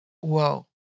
whoa